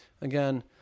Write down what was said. Again